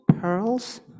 pearls